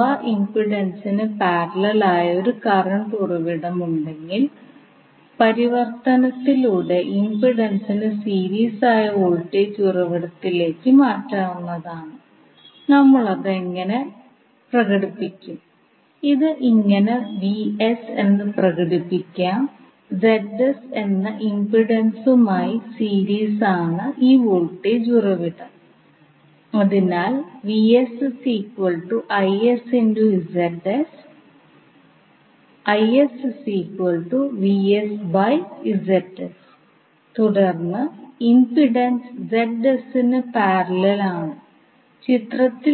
അതിനാൽ നമ്മൾ മെഷ് 1 ലേക്ക് കെവിഎൽ പ്രയോഗിച്ചിട്ടുണ്ടെങ്കിൽ ഇതുപോലെ ലഭിക്കും അതുപോലെ മെഷ് 2 ലൂപ്പ് 3 അതിനാൽ ഇത് ലളിതമാക്കുമ്പോൾ നമുക്ക് ഇങ്ങനെ ലഭിക്കും ഈ 2 സമവാക്യങ്ങൾ മാട്രിക്സ് രൂപത്തിൽ സമാഹരിക്കാം മുമ്പത്തെ ഉദാഹരണത്തിൽ ചെയ്തതുപോലെ ഇപ്പോൾ ഈ സാഹചര്യത്തിലും ഈ മാട്രിക്സിന്റെ ഡിറ്റർമിനന്റിന്റെ മൂല്യം നമ്മൾ ആദ്യം